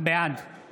בעד מיקי לוי, אינו